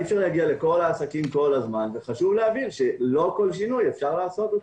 אי אפשר להגיע לכל העסקים כל הזמן וחשוב להבין שלא כל שינוי אפשר לעשות.